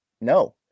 No